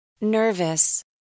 Nervous